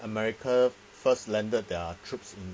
america first landed their troops in